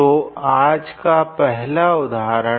तो आज का पहला उदाहरण